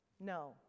No